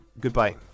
goodbye